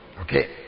Okay